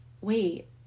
wait